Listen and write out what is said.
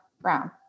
Brown